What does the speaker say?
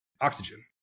oxygen